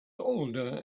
older